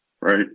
Right